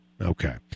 Okay